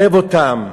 מקרב אותם.